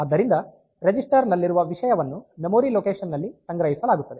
ಆದ್ದರಿಂದ ರಿಜಿಸ್ಟರ್ ನಲ್ಲಿರುವ ವಿಷಯವನ್ನು ಮೆಮೊರಿ ಲೊಕೇಶನ್ ನಲ್ಲಿ ಸಂಗ್ರಹಿಸಲಾಗುತ್ತದೆ